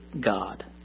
God